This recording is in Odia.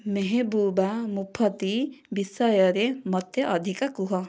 ମେହେବୁବା ମୁଫତି ବିଷୟରେ ମୋତେ ଅଧିକା କୁହ